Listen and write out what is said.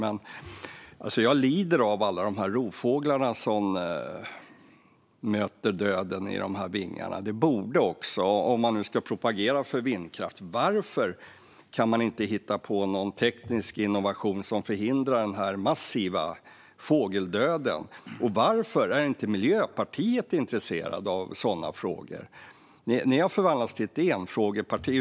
Jag lider av alla dessa rovfåglar som möter döden i de här vingarna. Om man nu ska propagera för vindkraft, varför kan ingen hitta på någon teknisk innovation som förhindrar denna massiva fågeldöd? Och varför är inte Miljöpartiet intresserat av sådana frågor? Ni har förvandlats till ett enfrågeparti.